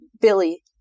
Billy